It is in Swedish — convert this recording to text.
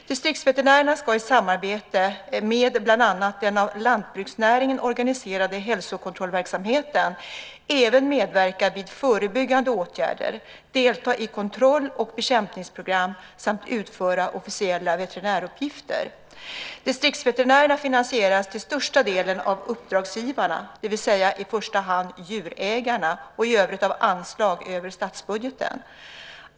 Distriktsveterinärerna ska i samarbete med bland andra den av lantbruksnäringen organiserade hälsokontrollverksamheten även medverka vid förebyggande åtgärder, delta i kontroll och bekämpningsprogram samt utföra officiella veterinäruppgifter. Distriktsveterinärerna finansieras till största delen av uppdragsgivarna, det vill säga i första hand djurägarna och i övrigt av anslag över statsbudgeten.